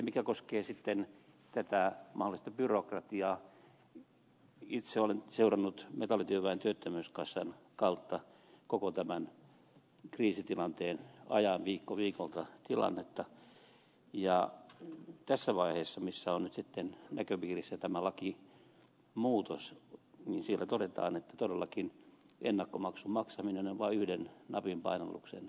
mikä koskee sitten tätä mahdollista byrokratiaa niin itse olen seurannut metallityöväen työttömyyskassan kautta koko tämän kriisitilanteen ajan viikko viikolta tilannetta ja tässä vaiheessa missä on nyt sitten näköpiirissä tämä lakimuutos siellä todetaan että todellakin ennakkomaksun maksaminen on vain yhden napinpainalluksen takana